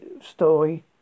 story